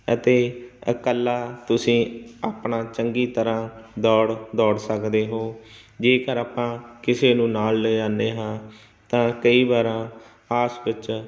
ਅਤੇ ਇਕੱਲਾ ਤੁਸੀਂ ਆਪਣਾ ਚੰਗੀ ਤਰ੍ਹਾਂ ਦੌੜ ਦੌੜ ਸਕਦੇ ਹੋ ਜੇਕਰ ਆਪਾਂ ਕਿਸੇ ਨੂੰ ਨਾਲ ਲੈ ਜਾਂਦੇ ਹਾਂ ਤਾਂ ਕਈ ਵਾਰ ਆਪਸ ਵਿੱਚ